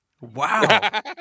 wow